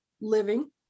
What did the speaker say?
Living